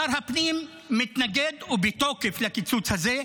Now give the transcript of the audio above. שר הפנים מתנגד ובתוקף לקיצוץ הזה,